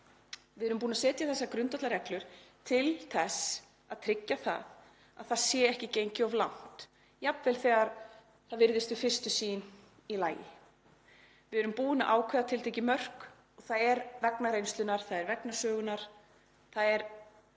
Við erum búin að setja þessar grundvallarreglur til þess að tryggja að ekki sé gengið of langt, jafnvel þegar það virðist við fyrstu sýn í lagi. Við erum búin að ákveða tiltekin mörk og það er vegna reynslunnar, það er vegna sögunnar, það er ekki